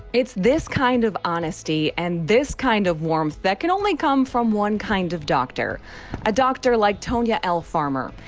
it's this kind of honesty and this kind of warmth that can only come from one kind of doctor a doctor like tonia l. farmer.